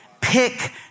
Pick